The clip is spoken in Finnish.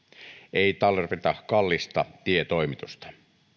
ei tarvita kallista tietoimitusta